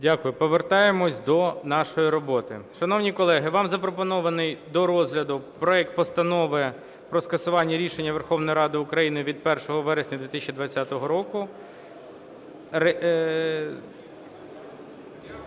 Дякую. повертаємося до нашої роботи. Шановні колеги, вам запропонований до розгляду проект Постанови про скасування рішення Верховної Ради України від 1 вересня 2020 року